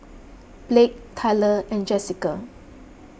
Blake Tyler and Jesica